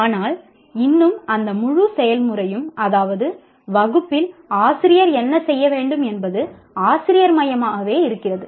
ஆனால் இன்னும் அந்த முழு செயல்முறையும் அதாவது வகுப்பில் ஆசிரியர் என்ன செய்ய வேண்டும் என்பது ஆசிரியர் மையமாகவே இருக்கிறது